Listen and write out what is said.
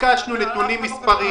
ביקשנו נתונים מספריים.